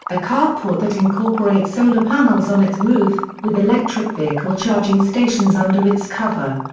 a carport that incorporates solar panels on its roof, with electric vehicle charging stations under its cover.